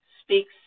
speaks